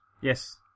Yes